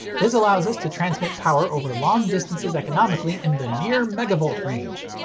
this allows us to transmit power over long distances economically in the near megavolt range.